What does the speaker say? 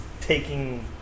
taking